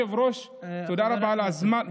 אדוני היושב-ראש, תודה רבה על הזמן.